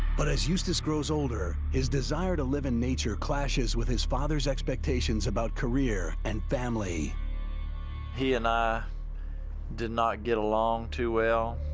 but as eustace grows older, his desire to live in nature clashes with his father's expectations about career and family. eustace he and i did not get along too well.